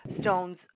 Stones